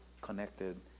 connected